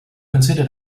consider